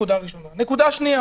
נקודה שנייה: